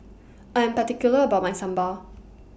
I Am particular about My Sambal